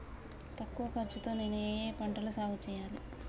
తక్కువ ఖర్చు తో నేను ఏ ఏ పంటలు సాగుచేయాలి?